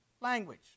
language